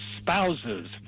spouses